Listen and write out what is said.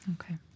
Okay